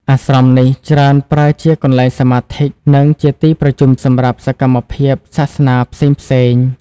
អាស្រមនេះច្រើនប្រើជាកន្លែងសមាធិ និងជាទីប្រជុំសម្រាប់សកម្មភាពសាសនាផ្សេងៗ។